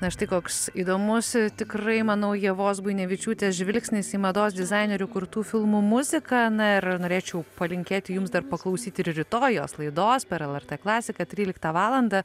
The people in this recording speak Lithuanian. na štai koks įdomus tikrai manau ievos buinevičiūtės žvilgsnis į mados dizainerių kurtų filmų muziką na ir norėčiau palinkėti jums dar paklausyti ir rytoj jos laidos per lrt klasiką tryliktą valandą